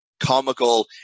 comical